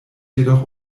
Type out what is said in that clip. jedoch